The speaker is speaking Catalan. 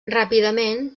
ràpidament